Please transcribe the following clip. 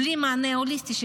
בלי מענה הוליסטי,